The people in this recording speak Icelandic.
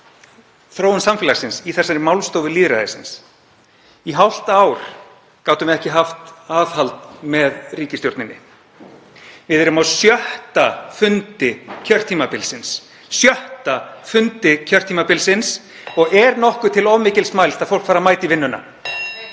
þróun samfélagsins, í þessari málstofu lýðræðisins. Í hálft ár gátum við ekki haft aðhald með ríkisstjórninni. Við erum á sjötta fundi kjörtímabilsins og er nokkuð til of mikils mælst að fólk fari að mæta í vinnuna?